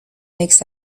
makes